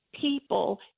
people